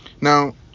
Now